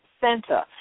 Center